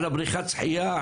על בריכת השחייה,